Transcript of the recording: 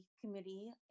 committee